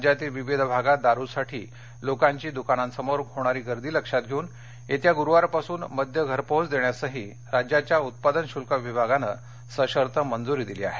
राज्यातील विविध भागात दारुसाठी लोकांची द्कानांसमोर होणारी गर्दी लक्षात घेऊन येत्या ग्रुवारपासून मद्य घरपोहोच देण्यासही राज्याच्या उत्पादन शुल्क विभागाने सशर्त मंजूरी दिली आहे